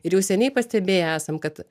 ir jau seniai pastebėję esam kad